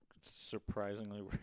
surprisingly